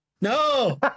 No